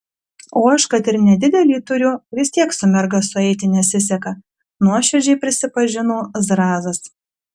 o aš kad ir nedidelį turiu vis tiek su merga sueiti nesiseka nuoširdžiai prisipažino zrazas